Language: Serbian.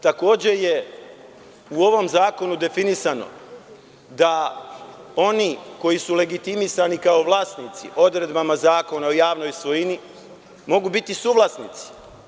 Takođe je u ovom zakonu definisano da oni koji su legitimisani kao vlasnici odredbama Zakona o javnoj svojini, mogu biti i suvlasnici.